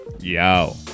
Yo